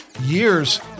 years